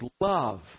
love